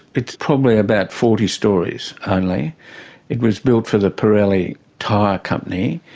it's probably about forty storeys only it was built for the pirelli tire company,